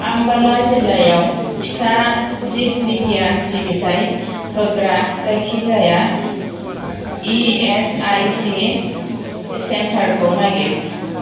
आम्बाला जिल्लायाव फिसा जिब बिगियान सिबिथाय होग्रा जायखिजाया इएसआइसि सेन्टारखौ नागिर